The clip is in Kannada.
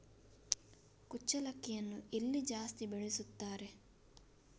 ಕುಚ್ಚಲಕ್ಕಿಯನ್ನು ಎಲ್ಲಿ ಜಾಸ್ತಿ ಬೆಳೆಸುತ್ತಾರೆ?